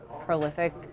prolific